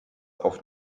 auf